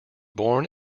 born